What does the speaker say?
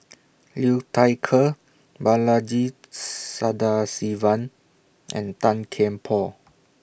Liu Thai Ker Balaji Sadasivan and Tan Kian Por